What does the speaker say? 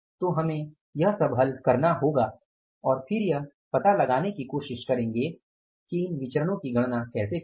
तो हमें यह सब हल करना होगा और फिर यह पता लगाने की कोशिश करेंगे कि इन विचरणओं की गणना कैसे करें